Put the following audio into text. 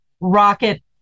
rocket